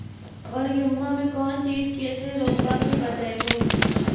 अबर गेहुमा मे कौन चीज के से रोग्बा के बचयभो?